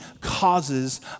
causes